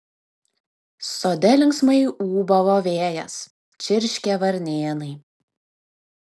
sode linksmai ūbavo vėjas čirškė varnėnai